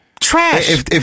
Trash